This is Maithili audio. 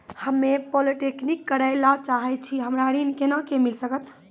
हम्मे पॉलीटेक्निक करे ला चाहे छी हमरा ऋण कोना के मिल सकत?